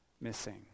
missing